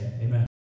amen